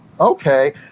okay